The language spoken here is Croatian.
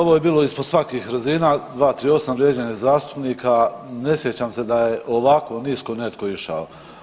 Ovo je bilo ispod svakih razina, 238. vrijeđanje zastupnika, ne sjećam se da je ovako nisko netko išao.